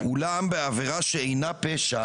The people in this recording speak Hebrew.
אולם בעבירה שאינה פשע